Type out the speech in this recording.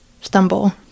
stumble